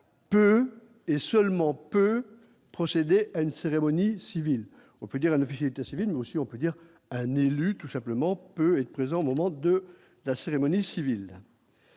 peu et seulement peut procéder à une cérémonie civile, on peut dire, un objet de civils mais aussi on peut dire, un élu tout simplement peut être présent au moment de la cérémonie civile.